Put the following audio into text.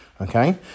Okay